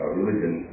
religion